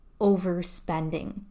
overspending